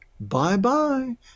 Bye-bye